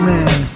Man